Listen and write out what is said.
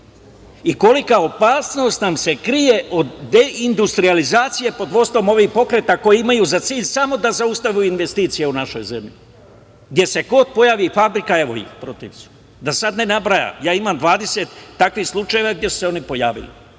i kolika nam se opasnost krije od deindustrijalizacije pod vođstvom ovih pokreta koji imaju za cilj samo da zaustave investicije u našoj zemlji. Gde se god pojavi fabrika, evo ih, protiv su. Da sad ne nabrajam, imam 20 takvih slučajeva gde su se oni pojavili,